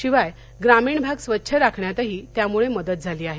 शिवाय ग्रामीण भाग स्वच्छ राखण्यातही त्यामुळे मदत झाली आहे